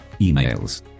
Emails